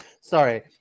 Sorry